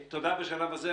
תודה בשלב הזה.